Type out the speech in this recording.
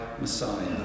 Messiah